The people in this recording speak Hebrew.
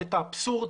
את האבסורד,